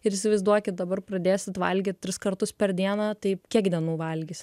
ir įsivaizduokit dabar pradėsit valgyt tris kartus per dieną tai kiek dienų valgysi